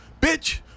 bitch